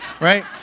Right